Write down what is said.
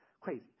crazy